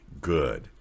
good